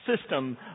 system